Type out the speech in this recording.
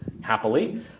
happily